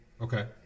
Okay